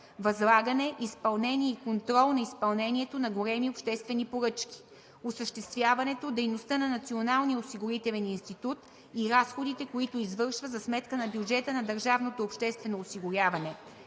възлагане, изпълнение и контрол на изпълнението на големи обществени поръчки; - осъществяването дейността на Националния осигурителен институт и разходите, които извършва за сметка на бюджета на държавното обществено осигуряване;